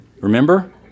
remember